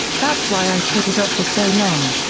that's why i put it off for so long.